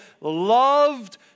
loved